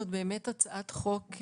זו באמת הצעת חוק,